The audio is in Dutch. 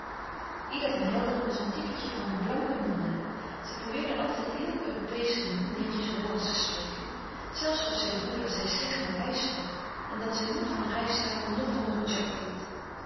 ida van helderen was een typetje van blanke nonna zij probeerde altijd heel europeesch te doen netjes hollandsch te spreken zelfs gaf zij voor dat zij slecht maleisch sprak en dat zij noch van rijsttafel noch van roedjak hield